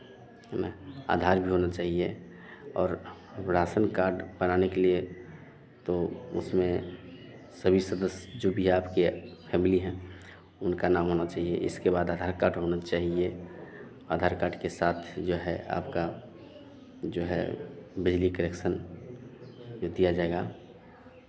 आधार भी होना चहिए और राशन कार्ड बनाने के लिए तो उसमें सभी सदस्य जो भी आपके फैमिली हैं उनका नाम होना चाहिए इसके बाद आधार कार्ड होना चाहिए आधार कार्ड के साथ जो है आपका जो है बिजली कनेक्शन ये दिया जाएगा